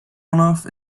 runoff